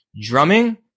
drumming